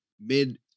mid